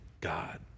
God